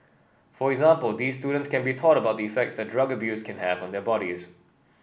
for example these students can be taught about the effects that drug abuse can have on their bodies